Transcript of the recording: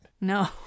No